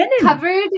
covered